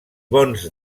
bons